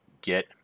get